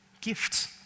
gifts